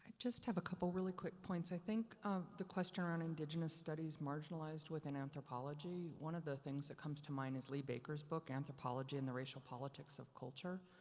just have a couple really quick points. i think the question around indigenous studies, marginalized within anthropology. one of the things that comes to mind is lee baker's book, anthropology and the racial politics of culture.